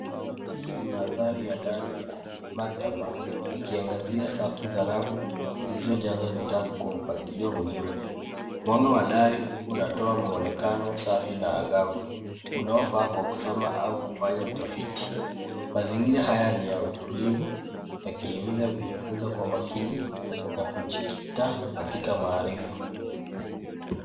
Hii ni mandhari ya ndani ya maktaba. Likiangazia safu za rafu zilizojazwa vitabu kwa mpangilio mzuri. Mwanga wa dari unatoa mwonekano safi na angavu unaofaa kwa kusoma au kufanya utafiti. Mazingira haya ni ya utulivu yakihimiza kujifunza kwa makini na kujikita katika maarifa.